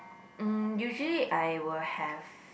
mm usually I will have